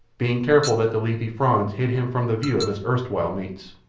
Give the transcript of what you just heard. being careful that the leafy fronds hid him from the view of his erstwhile mates.